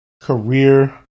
Career